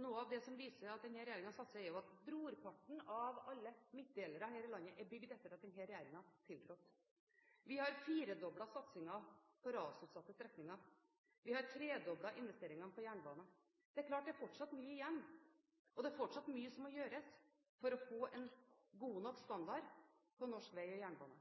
noe av det som viser at denne regjeringen satser, er at brorparten av alle midtdelere her i landet er bygd etter at denne regjeringen tiltrådte. Vi har firedoblet satsingen på rasutsatte strekninger, og vi har tredoblet investeringene på jernbane. Det er klart at det er fortsatt mye igjen, og det er fortsatt mye som må gjøres for å få en god nok standard på vei og jernbane.